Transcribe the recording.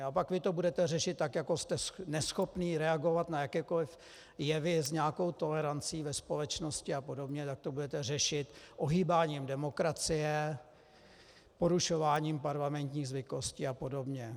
A pak vy to budete řešit tak, jako jste neschopní reagovat na jakékoli jevy s nějakou tolerancí ve společnosti apod., tak to budete řešit ohýbáním demokracie, porušováním parlamentních zvyklostí apod.